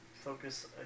focus